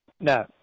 No